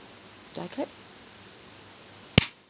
do I clap